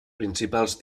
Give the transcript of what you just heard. principals